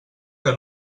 que